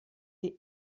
die